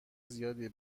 زیادی